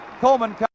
Coleman